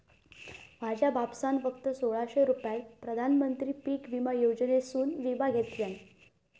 माझ्या बापसान फक्त सोळाशे रुपयात प्रधानमंत्री पीक विमा योजनेसून विमा घेतल्यान